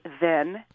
then-